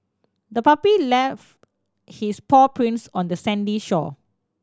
the puppy left his paw prints on the sandy shore